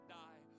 die